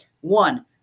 One